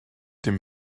dem